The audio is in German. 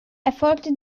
erfolgte